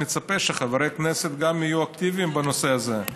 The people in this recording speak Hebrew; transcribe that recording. מצפה שחברי הכנסת יהיו אקטיביים בנושא הזה.